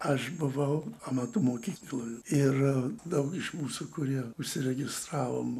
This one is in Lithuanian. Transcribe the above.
aš buvau amatų mokykloj ir daug iš mūsų kurie užsiregistravom